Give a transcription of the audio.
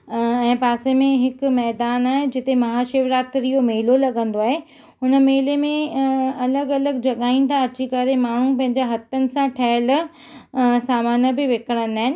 ऐं पासे में हिकु मैदान आहे जिते महाशिवरात्रीअ जो मेलो लॻंदो आहे हुन मेले में अलॻि अलॻि जॻहियुनि तां अची करे माण्हू पंहिंजे हथनि सां ठहियलु सामानु बि विकिणंदा आहिनि